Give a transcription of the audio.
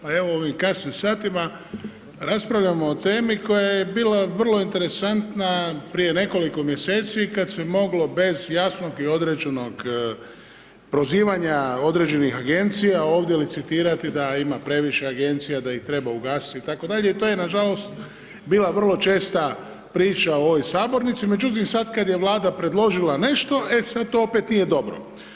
Pa evo u ovim kasnim satima raspravljamo o temi koja je bila vrlo interesantna prije nekoliko mjeseci kad se moglo bez jasnog i određenog prozivanja određenih agencija ovdje licitirati da ima previše agencija, da ih treba ugasiti itd., i to je nažalost bila vrlo česta priča u ovoj sabornici međutim sad kad je Vlada predložila nešto, e sad to opet ide dobro.